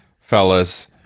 fellas